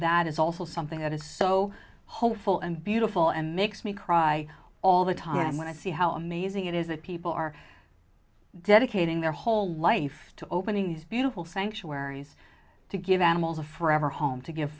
that is also something that is so hopeful and beautiful and makes me cry all the time when i see how amazing it is that people are dedicating their whole life to opening these beautiful sanctuaries to give animals a forever home to give